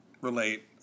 relate